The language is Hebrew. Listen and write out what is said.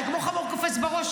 אתה כמו חמור קופץ בראש,